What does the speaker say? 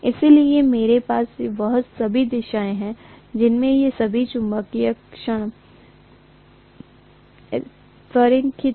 इसलिए मेरे पास वह सभी दिशाए है जिसमे ये सभी चुंबकीय क्षण संरेखित हैं